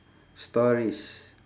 stories